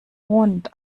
mond